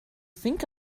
think